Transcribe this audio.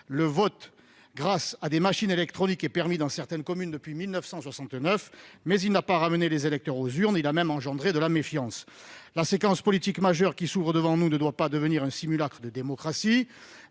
Le vote grâce à des machines électroniques est permis dans certaines communes depuis 1969, mais il n'a pas ramené les électeurs aux urnes, il a même suscité de la méfiance. La séquence politique majeure qui s'ouvre devant nous ne doit pas devenir un simulacre de démocratie.